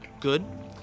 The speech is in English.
good